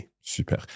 Super